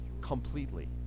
completely